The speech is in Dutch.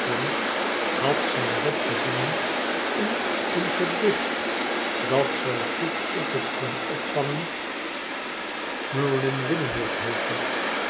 had zijn lof gezongen in een gedicht dat zoo goed ik het kon opvangen mewlinnwillinwodd heette